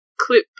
clip